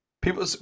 people